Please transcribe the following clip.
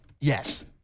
Yes